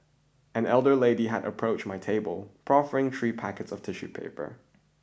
an elderly lady had approached my table proffering three packets of tissue paper